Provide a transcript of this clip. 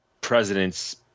presidents